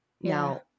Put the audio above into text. Now